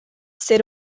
ser